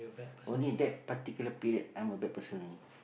only that particular period I'm a bad person only